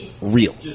real